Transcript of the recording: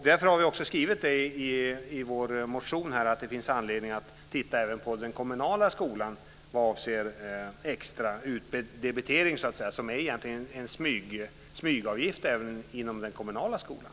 Därför har vi också skrivit i vår motion att det finns anledning att titta även på den kommunala skolan vad avser extra utdebitering, som egentligen är en smygavgift i den kommunala skolan.